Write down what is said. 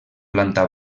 planta